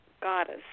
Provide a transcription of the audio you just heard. goddess